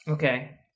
Okay